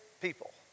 people